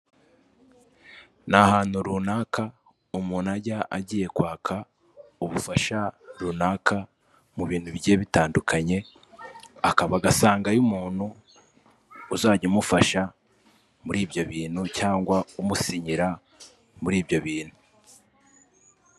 Ni ahantu runaka umuntu ajya agiye kwaka ubufasha runaka mu bintu bigiye bitandukanye, agasangayo umuntu uzajya umufasha muri ibyo bintu cyangwa umusinyira muri ibyo bintu.